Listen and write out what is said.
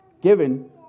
given